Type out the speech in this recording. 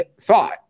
thought